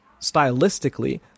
stylistically